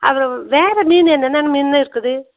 அது வேறு மீன் என்னென்ன மீனுண்ணா இருக்குது